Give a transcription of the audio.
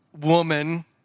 woman